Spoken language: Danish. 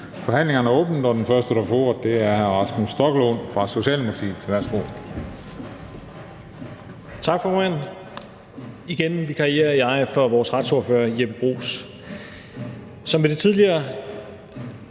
Forhandlingen er åbnet, og den første, der får ordet, er hr. Rasmus Stoklund fra Socialdemokratiet.